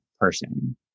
person